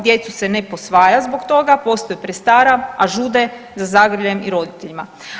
Djecu se ne posvaja zbog toga, postaju prestara a žude za zagrljajem i roditeljima.